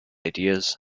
ideas